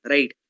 Right